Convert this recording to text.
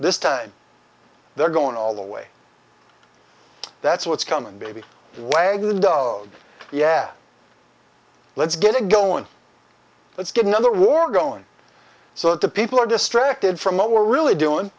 this time they're going all the way that's what's coming baby wagon and oh yeah let's get it going let's get another war going so that the people are distracted from what we're really doing